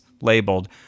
labeled